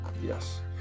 yes